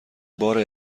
بار